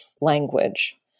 language